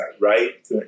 Right